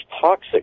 toxic